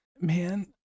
man